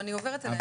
אני עוברת אליהם.